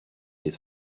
les